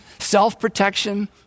Self-protection